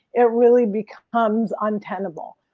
it really becomes untenable.